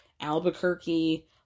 Albuquerque